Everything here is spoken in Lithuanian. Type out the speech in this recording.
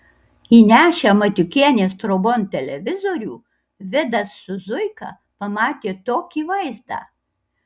įnešę matiukienės trobon televizorių vidas su zuika pamatė tokį vaizdą